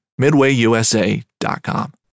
midwayusa.com